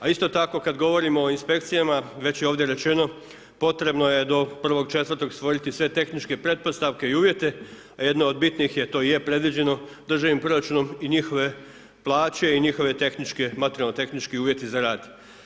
A isto tako kad govorimo o inspekcijama, već je ovdje rečeno, potrebno je do 01.04. stvoriti sve tehničke pretpostavke i uvjete, a jedna od bitnih je, to i je predviđeno državnim proračunom, i njihove plaće, i njihove tehničke, materijalno-tehnički uvjeti za rad.